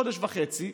חודש וחצי,